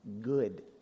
good